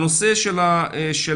הנושא של הפיקוח,